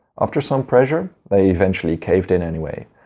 after some pressure they eventually caved in anyway.